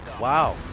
wow